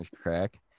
crack